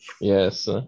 Yes